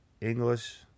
English